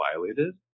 violated